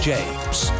James